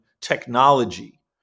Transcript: technology